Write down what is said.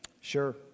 sure